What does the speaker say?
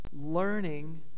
learning